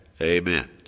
Amen